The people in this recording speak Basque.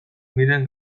miren